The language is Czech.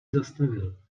zastavil